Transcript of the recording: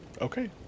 Okay